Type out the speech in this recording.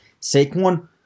Saquon